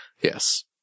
Yes